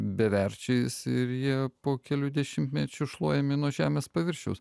beverčiais ir jie po kelių dešimtmečių šluojami nuo žemės paviršiaus